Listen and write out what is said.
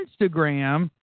Instagram